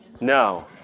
No